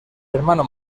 hermano